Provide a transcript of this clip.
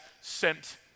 sent